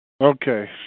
Okay